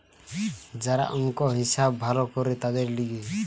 যারা অংক, হিসাব ভালো করে তাদের লিগে